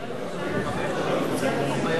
הצבעת בעד זה בקדנציה הקודמת.